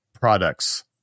products